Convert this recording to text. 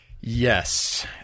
Yes